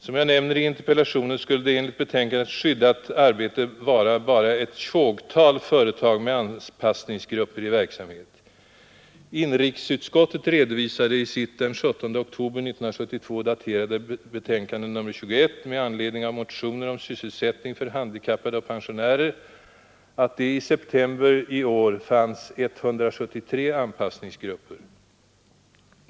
Som jag nämner i interpellationen skulle det enligt betänkandet Skyddat arbete vara bara ett tjogtal företag med anpassningsgrupper i verksamhet. Inrikesutskottet redovisade i sitt den 17 oktober 1972 daterade betänkande nr 21 med anledning av motioner om sysselsättning för handikappade och pensionärer, att det i september i år fanns 173 anpassningsgrupper.